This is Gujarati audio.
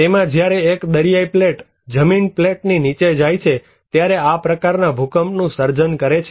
તેમાં જ્યારે એક દરિયાઈ પ્લેટ જમીન પ્લેટની નીચે જાય છે ત્યારે આ પ્રકારના ભૂકંપ નું સર્જન કરે છે